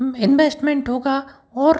investment होगा और